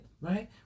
right